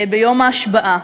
ביום ההשבעה.